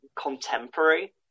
contemporary